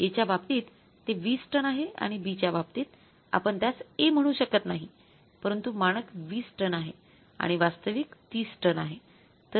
A च्या बाबतीत ते २० टन आहे आणि B च्या बाबतीत आपण त्यास A म्हणू शकत नाही परंतु मानक 20 टन आहे आणि वास्तविक 30 टन आहे